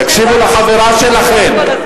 תקשיבו, תקשיבו לחברה שלכן.